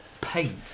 paint